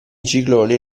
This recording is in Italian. cicloni